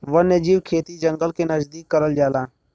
वन्यजीव खेती जंगल के नजदीक करल जाला